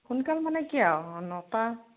সোনকাল মানে কি আৰু নটা